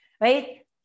right